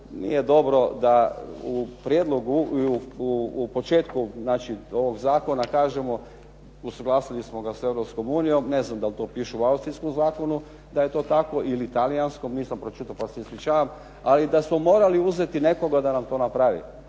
prijedlogu, da u početku ovog zakona kažemo usuglasili smo sa ga sa Europskom unijom. Ne znam da li to piše u austrijskom zakonu, da je to tako ili talijanskom nisam pročitao pa se ispričavam, ali da smo morali uzeti nekoga da nam to napravi.